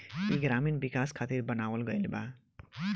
ई ग्रामीण विकाश खातिर बनावल गईल बा